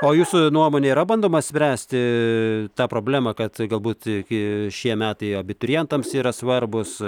o jūsų nuomone yra bandoma spręsti tą problemą kad galbūt šie metai abiturientams yra svarbūs